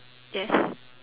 yes